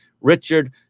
richard